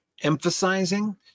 emphasizing